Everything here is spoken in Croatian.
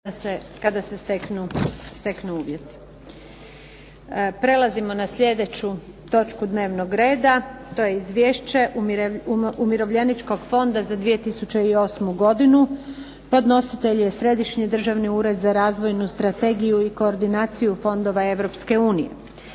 Željka (SDP)** Prelazimo na slijedeću točku dnevnog reda. - Izvješće umirovljeničkog fonda za 2008. godinu, Podnositelj: Središnji državni ured za razvojnu strategiju i koordinaciju fondova